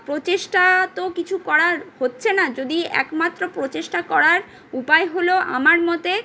প্রচেষ্টা তো কিছু করার হচ্ছে না যদি একমাত্র প্রচেষ্টা করার উপায় হল আমার মতে